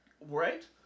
Right